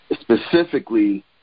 specifically